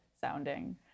sounding